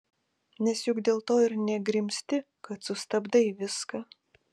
nes juk dėl to ir negrimzti kad sustabdai viską